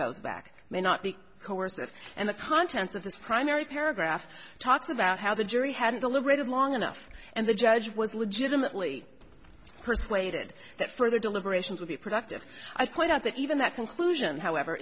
goes back may not be coercive and the contents of this primary paragraph talks about how the jury had deliberated long enough and the judge was legitimately persuaded that further deliberations would be productive i point out that even that conclusion however